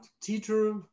teacher